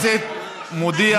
חבר הכנסת חיליק יחיאל,